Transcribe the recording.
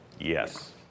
Yes